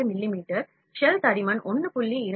6 மிமீ ஷெல் தடிமன் 1